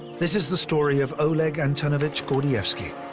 this is the story of oleg antonovich gordievsky.